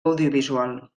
audiovisual